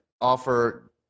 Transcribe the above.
offer